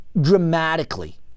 dramatically